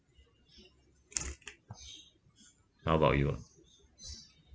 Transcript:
how about you